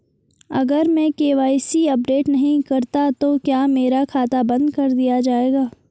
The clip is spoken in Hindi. अगर मैं के.वाई.सी अपडेट नहीं करता तो क्या मेरा खाता बंद कर दिया जाएगा?